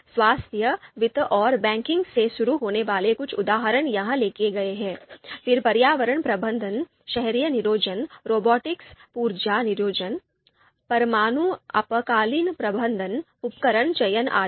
स्वास्थ्य वित्त और बैंकिंग से शुरू होने वाले कुछ उदाहरण यहां लिखे गए हैं फिर पर्यावरण प्रबंधन शहरी नियोजन रोबोटिक्स ऊर्जा नियोजन परमाणु आपातकालीन प्रबंधन उपकरण चयन आदि